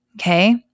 Okay